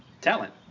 Talent